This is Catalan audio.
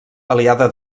aliada